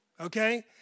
okay